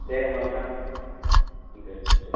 दे होमबा नोंथां दे दे